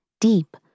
deep